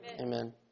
Amen